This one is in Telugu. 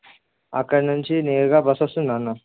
అక్కడి నుంచి నేరుగా బస్సు వస్తుందా అన్నా